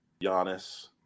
Giannis